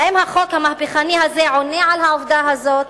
האם החוק המהפכני הזה עונה על העובדה הזאת?